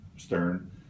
Stern